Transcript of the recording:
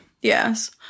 Yes